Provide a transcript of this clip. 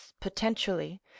potentially